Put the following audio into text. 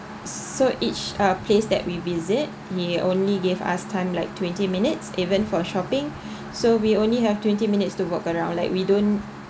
so each ah place that we visit he only gave us time like twenty minutes even for shopping so we only have twenty minutes to walk around like we don't